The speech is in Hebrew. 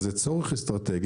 אז זה צורך אסטרטגי.